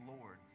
Lord